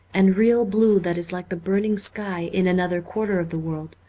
and real blue that is like the burning sky in another quarter of the world,